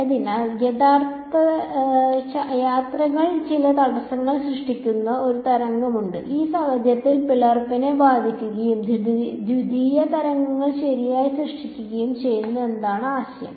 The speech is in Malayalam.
അതിനാൽ യാത്രകൾ ചില തടസ്സങ്ങൾ സൃഷ്ടിക്കുന്ന ഒരു തരംഗമുണ്ട് ഈ സാഹചര്യത്തിൽ പിളർപ്പിനെ ബാധിക്കുകയും ദ്വിതീയ തരംഗങ്ങൾ ശരിയായി സൃഷ്ടിക്കുകയും ചെയ്യുന്നു എന്നതായിരുന്നു ആശയം